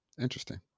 interesting